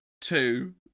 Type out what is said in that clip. two